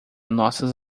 nossas